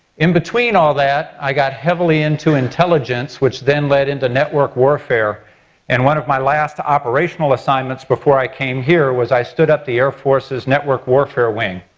in between all that i got heavily into intelligence which then led into network warfare and one of my last operational assignments before i came here was i stood up the air force's network warfare wing.